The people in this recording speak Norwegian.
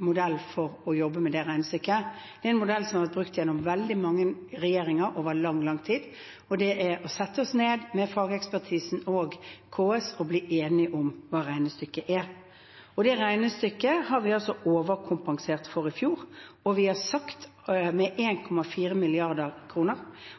modell som har vært brukt av veldig mange regjeringer over lang, lang tid, og det er å sette oss ned med fagekspertisen og KS og bli enige om hva regnestykket er. Det regnestykket overkompenserte vi for i fjor, med 1,4 mrd. kr,